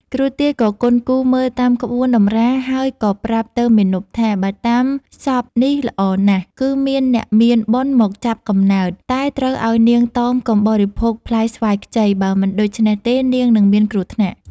គ្រូទាយក៏គន់គូរមើលតាមក្បួនតម្រាហើយក៏ប្រាប់ទៅមាណពថា បើតាមសប្ដិនេះល្អណាស់ គឺមានអ្នកមានបុណ្យមកចាប់កំណើត តែត្រូវឲ្យនាងតមកុំបរិភោគផ្លែស្វាយខ្ចី បើមិនដូច្នោះទេនាងនឹងមានគ្រោះថ្នាក់។